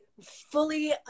fully